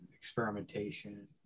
experimentation